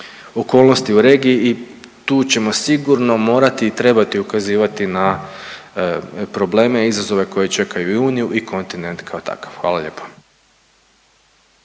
okolnosti u regiji i tu ćemo sigurno morati i trebati ukazivati na probleme i izazove koji čekaju i uniju i kontinent kao takav. Hvala lijepo.